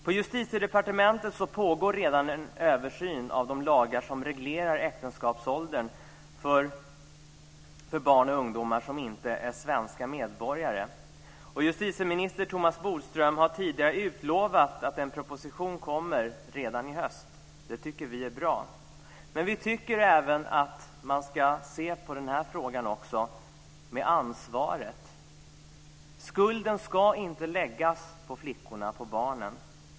På Justitiedepartementet pågår redan en översyn av de lagar som reglerar äktenskapsåldern för barn och ungdomar som inte är svenska medborgare. Justitieminister Thomas Bodström har tidigare utlovat att en proposition kommer redan i höst. Det tycker vi är bra. Men vi tycker även att man ska se på ansvaret i den här frågan. Skulden ska inte läggas på flickorna, på barnen.